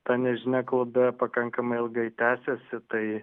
ta nežinia klube pakankamai ilgai tęsėsi tai